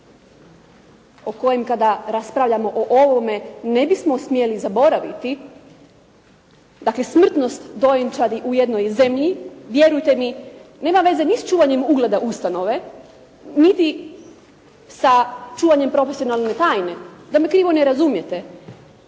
o kojem kada raspravljamo o ovome ne bismo smjeli zaboraviti, dakle smrtnost dojenčadi u jednoj zemlji, vjerujte mi nema veze ni s čuvanjem ugleda ustanove, niti sa čuvanjem profesionalne tajne da me krivo ne razumijete.